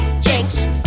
Jinx